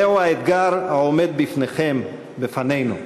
זהו האתגר העומד בפניכם, בפנינו.